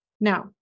Now